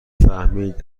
فهمید